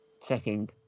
setting